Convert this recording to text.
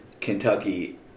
Kentucky